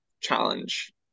challenge